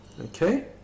Okay